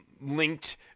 linked